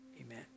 amen